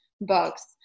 books